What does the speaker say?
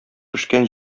пешкән